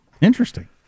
Interesting